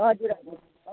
हजुर हजुर